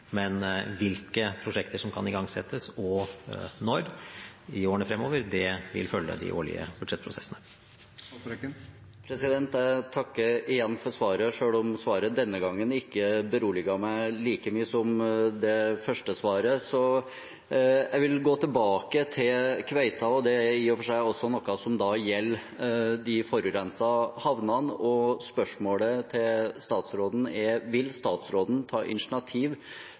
Men hvilke prosjekter som kan igangsettes – og når – i årene fremover, vil følge de årlige budsjettprosessene. Jeg takker igjen for svaret, selv om svaret denne gangen ikke beroliget meg like mye som det første svaret. Jeg vil gå tilbake til kveita. Det er i for seg også noe som gjelder de forurensede havnene, og spørsmålet til statsråden er: Vil statsråden ta initiativ